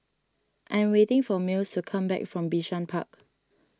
I am waiting for Mills to come back from Bishan Park